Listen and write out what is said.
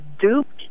duped